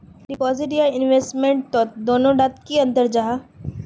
Deposit या investment तोत दोनों डात की अंतर जाहा?